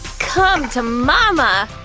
come to mama!